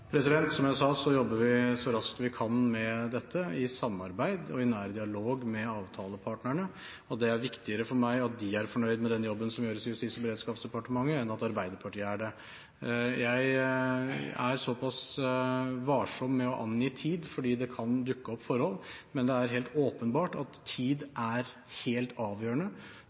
Som jeg sa, jobber vi så raskt vi kan med dette, i samarbeid og i nær dialog med avtalepartnerne, og det er viktigere for meg at de er fornøyd med den jobben som gjøres i Justis- og beredskapsdepartementet, enn at Arbeiderpartiet er det. Jeg er såpass varsom med å angi tid, fordi det kan dukke opp forhold, men det er helt åpenbart at tid